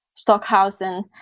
Stockhausen